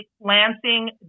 Lansing